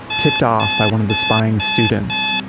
tipped off by one of the spying students,